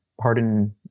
Pardon